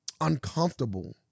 uncomfortable